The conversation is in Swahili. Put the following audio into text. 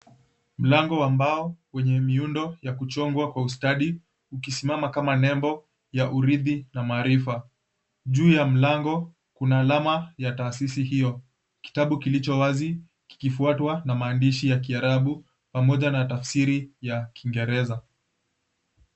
Mlango ambao wenye miundo ya kuchongwa kwa ustadi ukisimama kama nembo ya urithi na maarifa. Juu ya mlango kuna alama ya taasisi hiyo, kitabu kilicho wazi kikifuatwa na maandishi ya kiarabu, pamoja na tafsiri ya Kiingereza.